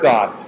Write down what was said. God